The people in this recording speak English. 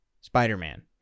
Spider-Man